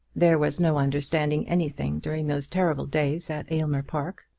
there was no understanding anything during those terrible days at aylmer park.